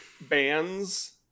bands